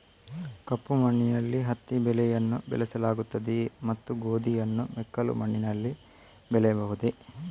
ಕಪ್ಪು ಮಣ್ಣಿನಲ್ಲಿ ಹತ್ತಿ ಬೆಳೆಯನ್ನು ಬೆಳೆಸಲಾಗುತ್ತದೆಯೇ ಮತ್ತು ಗೋಧಿಯನ್ನು ಮೆಕ್ಕಲು ಮಣ್ಣಿನಲ್ಲಿ ಬೆಳೆಯಬಹುದೇ?